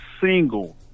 single